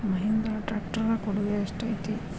Mahindra tractor ಕೊಡುಗೆ ಎಷ್ಟು ಐತಿ?